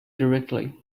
directly